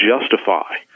justify